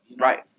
Right